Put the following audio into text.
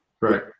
Right